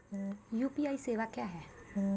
UPI सेवा क्या हैं?